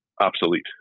obsolete